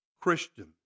Christian